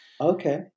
Okay